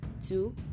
two